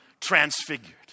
transfigured